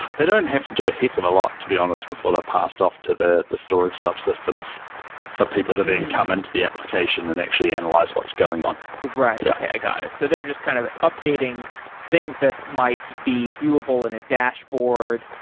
they don't have to do a heck of a lot, to be honest, because they're passed off to the the storage sub-systems for people to then come in to the application and actually analyze what's going on right. okay. i got it. so they're just kind of updating things that might be viewable in a dashboard,